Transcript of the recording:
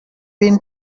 been